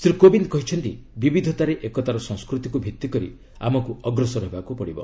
ଶ୍ରୀ କୋବିନ୍ଦ କହିଛନ୍ତି ବିବିଧତାରେ ଏକତାର ସଂସ୍କୃତିକୁ ଭିତ୍ତିକରି ଆମକୁ ଅଗ୍ରସର ହେବାକୁ ପଡ଼ିବ